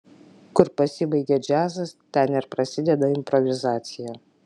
kur pasibaigia džiazas ten ir prasideda improvizacija